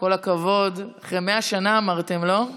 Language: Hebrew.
כל הכבוד, אחרי 100 שנה, אמרתן, לא?